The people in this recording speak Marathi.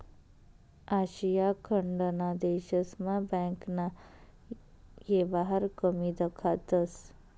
आशिया खंडना देशस्मा बँकना येवहार कमी दखातंस